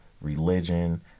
religion